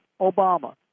Obama